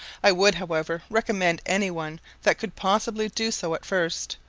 i would, however, recommend any one that could possibly do so at first,